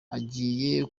agiye